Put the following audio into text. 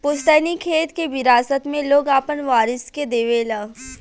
पुस्तैनी खेत के विरासत मे लोग आपन वारिस के देवे ला